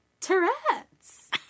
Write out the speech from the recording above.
Tourette's